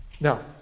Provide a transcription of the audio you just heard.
Now